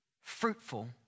fruitful